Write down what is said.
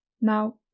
Now